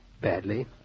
badly